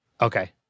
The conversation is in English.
Okay